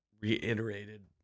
reiterated